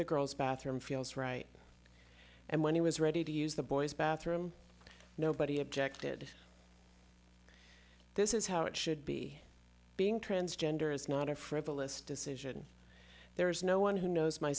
the girls bathroom feels right and when he was ready to use the boys bathroom nobody objected this is how it should be being transgender is not a frivolous decision there is no one who knows my